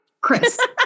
Chris